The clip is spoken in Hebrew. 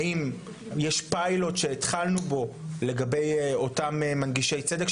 האם יש פיילוט שהתחלנו בו לגבי אותם מנגישי צדק,